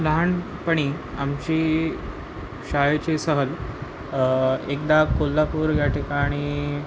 लहानपणी आमची शाळेची सहल एकदा कोल्हापूर या ठिकाणी